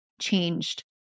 changed